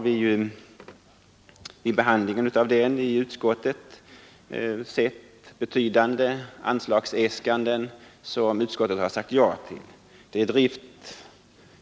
Vid behandlingen av årets statsverksproposition har trafikutskottet sagt ja till betydande anslagsäskanden.